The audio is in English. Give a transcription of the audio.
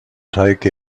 take